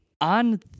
on